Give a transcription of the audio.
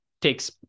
takes